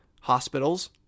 hospitals